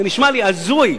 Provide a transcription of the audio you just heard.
זה נשמע לי הזוי.